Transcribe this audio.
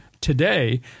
today